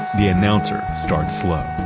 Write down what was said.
the announcer starts slow